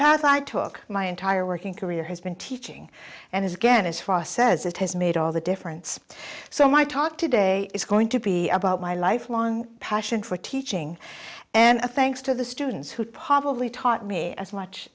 path i took my entire working career has been teaching and is again as far says it has made all the difference so my talk today is going to be about my lifelong passion for teaching and a thanks to the students who probably taught me as much